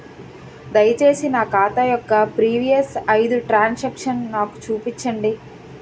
దయచేసి నా ఖాతా యొక్క ప్రీవియస్ ఐదు ట్రాన్ సాంక్షన్ నాకు చూపండి